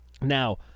Now